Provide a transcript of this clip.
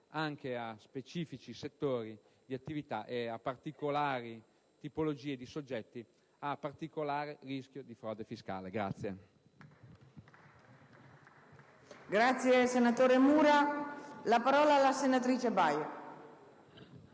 anche a specifici settori di attività e a particolari tipologie di soggetti a particolare rischio di frode fiscale.